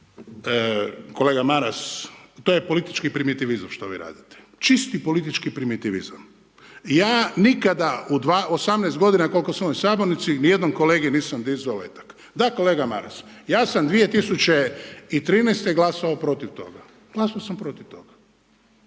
kolega Maras to je politički primitivizam što vi radite, čisti politički primitivizam i ja nikada u 18 godina koliko sam u ovoj sabornici niti jednom kolegi nisam dizao letak. Da kolega Maras, ja sam 2013. glasovao protiv toga. Glasao sam protiv toga